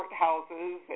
courthouses